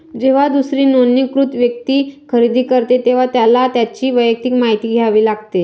जेव्हा दुसरी नोंदणीकृत व्यक्ती खरेदी करते, तेव्हा त्याला त्याची वैयक्तिक माहिती द्यावी लागते